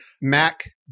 Mac